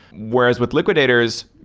whereas with liquidators,